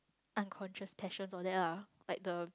unconscious passions all that lah like the